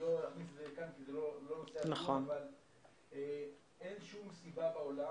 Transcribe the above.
אני לא אומר זאת כאן כי זה לא נושא הדיון אבל אין שום סיבה בעולם